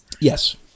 Yes